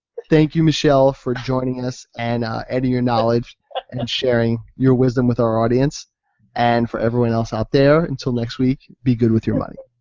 thank you michelle for joining us and adding your knowledge and sharing your wisdom with our audience and for everyone else out there, until next week. be good with your money.